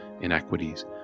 inequities